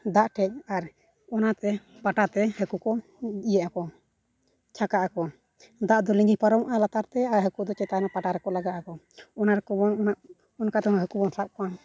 ᱫᱟᱜ ᱴᱷᱮᱱ ᱟᱨ ᱚᱱᱟᱛᱮ ᱯᱟᱴᱟᱛᱮ ᱦᱟᱹᱠᱩ ᱠᱚ ᱤᱭᱟᱹᱜ ᱟᱠᱚ ᱪᱷᱟᱸᱠᱟ ᱟᱠᱚ ᱫᱟᱜ ᱫᱚ ᱞᱤᱸᱡᱤ ᱯᱟᱨᱚᱢᱚᱜᱼᱟ ᱞᱟᱛᱟᱨᱛᱮ ᱟᱨ ᱦᱟᱹᱠᱩ ᱫᱚ ᱪᱮᱛᱟᱱ ᱚᱱᱟ ᱯᱟᱴᱟ ᱨᱮᱠᱚ ᱞᱟᱜᱟ ᱟᱠᱚ ᱚᱱᱟᱨᱮᱠᱚ ᱚᱱᱠᱟ ᱛᱮᱦᱚᱸ ᱦᱟᱹᱠᱩ ᱵᱚᱱ ᱥᱟᱵ ᱠᱚᱣᱟ